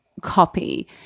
copy